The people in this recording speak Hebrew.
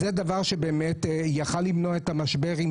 אז זה דבר שבאמת היה יכול למנוע את המשבר אם